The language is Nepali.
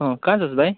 अँ कहाँ छस् भाइ